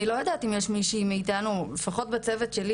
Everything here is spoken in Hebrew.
אני לא יודעת אם יש מישהי מאיתנו לפחות בצוות שלי